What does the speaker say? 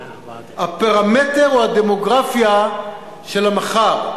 הפרמטר הוא הדמוגרפיה של המחר.